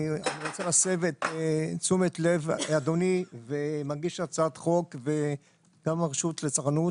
אני רוצה להסב את תשומת לב אדוני ומגיש הצעת החוק וגם הרשות לצרכנות,